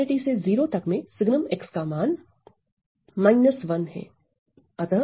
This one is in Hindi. से 0 तक में sgn का मान 1 है